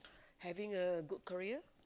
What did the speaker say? having a good career